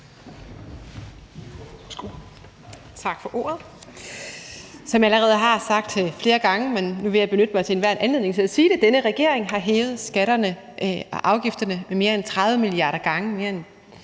Som jeg allerede har sagt flere gange, men vil benytte enhver anledning til at sige, har denne regering hævet skatterne og afgifterne mere end 30 milliarder gange